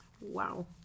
Wow